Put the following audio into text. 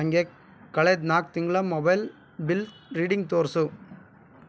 ನನಗೆ ಕಳೆದ ನಾಲ್ಕು ತಿಂಗಳ ಮೊಬೈಲ್ ಬಿಲ್ ರೀಡಿಂಗ್ ತೋರಿಸು